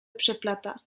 przeplata